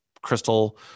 crystal